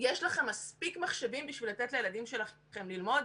יש לכם מספיק מחשבים בשביל לתת לילדים שלכם ללמוד?